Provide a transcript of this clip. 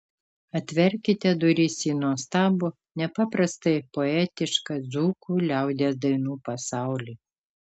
atverkite duris į nuostabų nepaprastai poetišką dzūkų liaudies dainų pasaulį